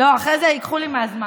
לא, אחרי זה ייקחו לי מהזמן.